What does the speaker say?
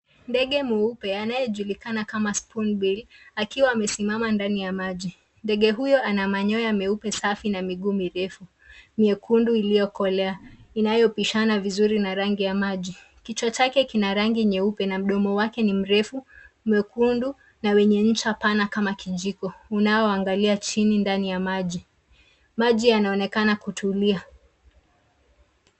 Ndege mweupe anayejulikana kama spoon bill akiwa amesimama ndani ya maji. Ndege huyo ana manyoya meupe safi na miguu mirefu nyekundu iliyokolea inayopishana vizuri na rangi ya maji. Kichwa chake kina rangi nyeupe na mdomo wake ni mrefu, mwekundu na wenye ncha pana kama kijiko, unaoangalia chini ndani ya maji. Maji yanaonekana kutulia.